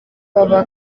baba